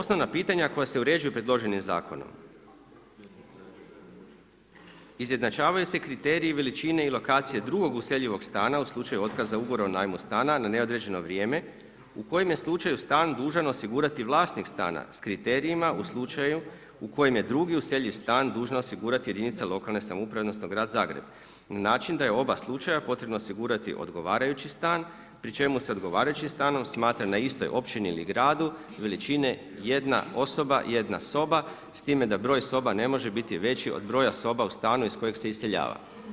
Osnovna pitanja koja se uređuju predloženim zakonom, izjednačavaju se kriteriji veličine i lokacije drugog useljivog stana u slučaju otkaza ugovora o najmu stana na neodređeno vrijeme u kojem je slučaju stan dužan osigurati vlasnik stana s kriterijima u slučaju u kojem je drugi useljiv stan dužna osigurati jedinica lokalne samouprave odnosno grad Zagreb na način da je u oba slučaja potrebno osigurati odgovarajući stan pri čemu se odgovarajućim stanom smatra na istoj općini ili gradu veličine jedna osoba, jedna soba s time da broj soba ne može biti veći od broja soba u stanu iz kojeg se iseljava.